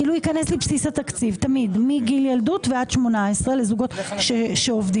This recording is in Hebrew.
ייכנס לבסיס התקציב תמיד מגיל ילדות ועד 18 לזוגות שעובדים.